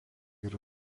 yra